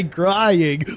crying